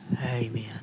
Amen